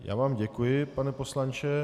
Já vám děkuji, pane poslanče.